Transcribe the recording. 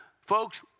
Folks